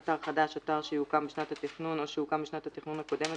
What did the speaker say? "אתר חדש" אתר שיוקם בשנת התכנון או שהוקם בשנת התכנון הקודמת,